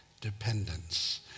dependence